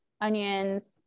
onions